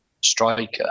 striker